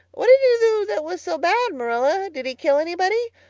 what did he do that was so bad, marilla? did he kill anybody?